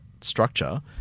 structure